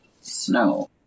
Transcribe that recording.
snow